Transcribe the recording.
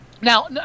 Now